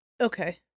Okay